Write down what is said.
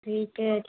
ठीक है